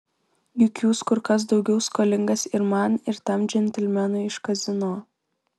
juk jūs kur kas daugiau skolingas ir man ir tam džentelmenui iš kazino